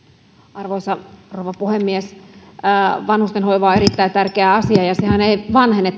arvoisa rouva puhemies vanhustenhoiva on erittäin tärkeä asia tämä teemahan ei vanhene